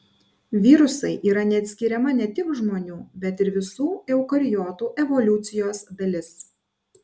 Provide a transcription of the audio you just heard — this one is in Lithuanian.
virusai yra neatskiriama ne tik žmonių bet ir visų eukariotų evoliucijos dalis